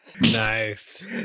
Nice